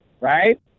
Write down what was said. right